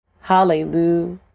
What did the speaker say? Hallelujah